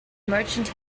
merchant